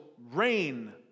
reign